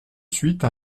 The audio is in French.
suite